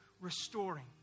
restoring